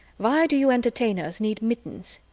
why do you entertainers need mittens?